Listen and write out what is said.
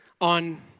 on